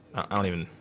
i don't even,